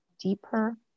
deeper